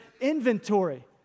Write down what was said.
inventory